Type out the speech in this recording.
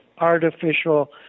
artificial